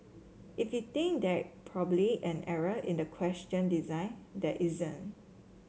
if you think there probably an error in the question design there isn't